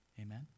Amen